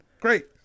Great